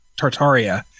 Tartaria